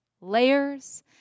layers